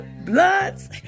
Bloods